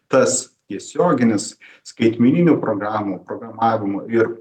tas tiesioginis skaitmeninių programų programavimo ir